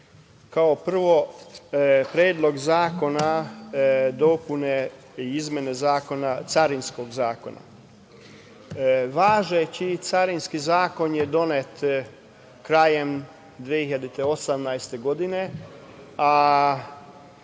prvo, Predlog zakona dopune i izmene Carinskog zakona. Važeći Carinski zakon je donet krajem 2018. godine, a